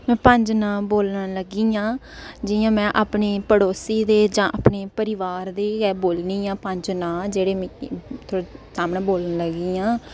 में पंज नाऽ बोलन लगी आं जिंया में अपनी पड़ोसी दे जां अपने परिवार दे गे बोलनियां आं पंज नाऽ जैह्डे मिकी थुआड़े सामने बोलन लग्गी आं